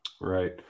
Right